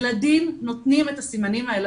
ילדים נותנים את הסימנים האלה.